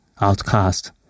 outcast